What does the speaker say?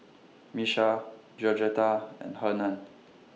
Miesha Georgetta and Hernan